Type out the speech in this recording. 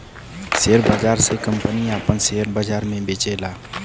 share बाजार मे कंपनियन आपन सेअर बाजार मे बेचेला